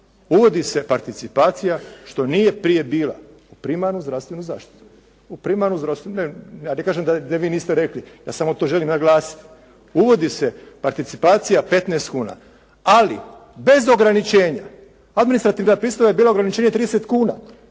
uvodi se participacija, što nije prije bila, u primarnu zdravstvenu zaštitu. U primarnu, ne, ja ne kažem da vi niste rekli. Ja samo to želim naglasiti. Uvodi se participacija 15 kuna. Ali bez ograničenja. Administrativna pristojba je bila ograničenje 30 kuna.